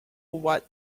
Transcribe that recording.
what